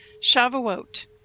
Shavuot